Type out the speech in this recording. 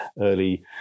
early